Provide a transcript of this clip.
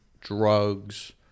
drugs